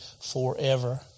forever